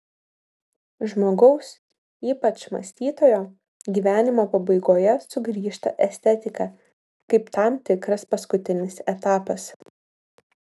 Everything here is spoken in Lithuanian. žmogaus ypač mąstytojo gyvenimo pabaigoje sugrįžta estetika kaip tam tikras paskutinis etapas